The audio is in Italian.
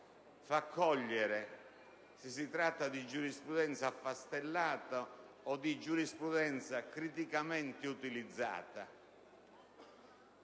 fa cogliere se si tratta di giurisprudenza affastellata o criticamente utilizzata.